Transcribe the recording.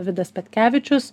vidas petkevičius